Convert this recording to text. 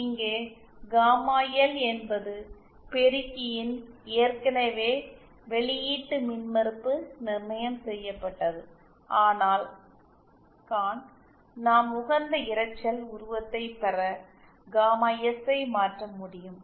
இங்கே gamma L என்பது ஏற்கனவே பெருக்கியின் வெளியீட்டு மின்மறுப்பு நிர்ணயம் செய்யப்பட்டது ஆனால் கான் நாம் உகந்த இரைச்சல் உருவத்தைப் பெற காமா எஸ் ஐ மாற்ற முடியும்